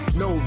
no